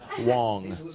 Wong